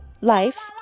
life